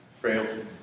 frailties